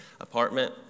apartment